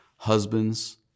husbands